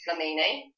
Flamini